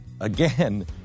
again